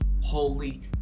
holy